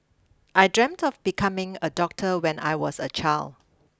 I dreamt of becoming a doctor when I was a child